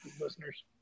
listeners